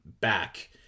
back